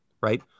right